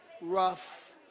rough